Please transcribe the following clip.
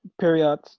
period